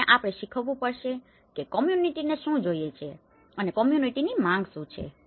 તેથી ત્યાં આપણે શીખવું પડશે કે કોમ્યુનીટીને શું જોઈએ છે અને કોમ્યુનીટીની માંગ શુ છે